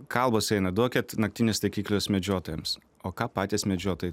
kalbos eina duokit naktinius taikiklius medžiotojams o ką patys medžiotojai